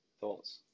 thoughts